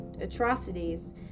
atrocities